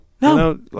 no